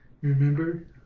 Remember